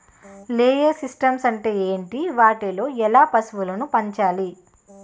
Layer systems అంటే ఏంటి? వాటిలో ఎలా పశువులను పెంచాలి?